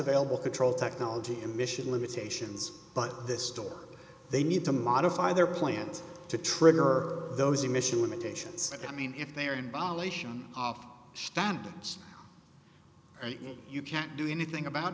available control technology emission limitations but this store they need to modify their plants to trigger those emission limitations i mean if they are in bali shown off standards you can't do anything about